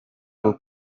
rwo